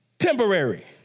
Temporary